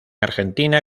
argentina